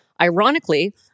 Ironically